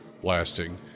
blasting